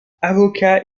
avocat